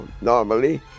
normally